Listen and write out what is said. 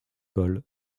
col